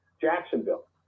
Jacksonville